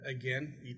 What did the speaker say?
again